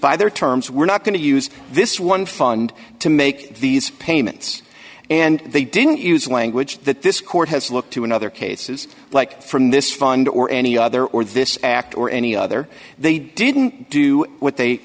by their terms we're not going to use this one fund to make these payments and they didn't use language that this court has looked to another cases like from this fund or any other or this act or any other they didn't do what they